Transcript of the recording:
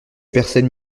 personne